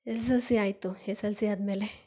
S S L C ಆಯಿತು S L C ಆದಮೇಲೆ